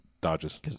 dodges